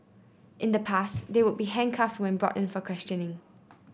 in the past they would be handcuffed when brought in for questioning